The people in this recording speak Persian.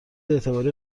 اعتباری